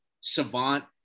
Savant